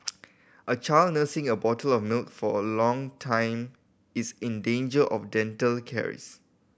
a child nursing a bottle of milk for a long time is in danger of dental caries